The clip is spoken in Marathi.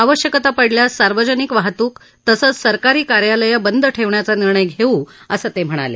आवश्यकता पडल्यास सार्वजनिक वाहतूक तसेच सरकारी कार्यालये बंद ठेवण्याचा निर्णय घेऊ असे ते म्हणाले